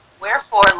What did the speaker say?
wherefore